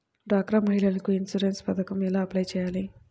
డ్వాక్రా మహిళలకు ఇన్సూరెన్స్ పథకం ఎలా అప్లై చెయ్యాలి?